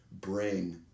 bring